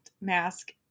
mask